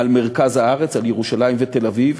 על מרכז הארץ, על ירושלים ועל תל-אביב,